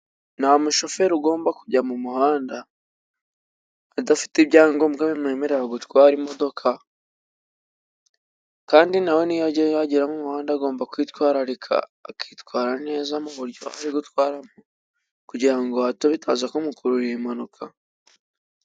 Nta mushoferi ugomba kujya mu muhanda adafite ibyangombwa bimwemerera gutwara imodoka, kandi nawe niyo yajyayo yagera mu muhanda agomba kwitwararika ,akitwara neza mu buryo azi gutwara kugira ngo hato bitaza kumukururira impanuka.